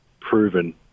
proven